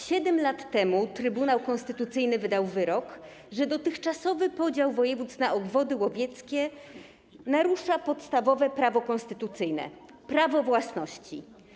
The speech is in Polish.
7 lat temu Trybunał Konstytucyjny wydał wyrok, że dotychczasowy podział województw na obwody łowieckie narusza podstawowe prawo konstytucyjne, prawo własności.